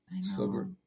silver